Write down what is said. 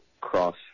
cross